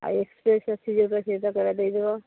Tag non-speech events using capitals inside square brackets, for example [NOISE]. ଆଉ ଏକ୍ସପ୍ରେସ୍ ଅଛି ଯେଉଁଟା ସେଇଟା [UNINTELLIGIBLE] ଦେଇଦେବ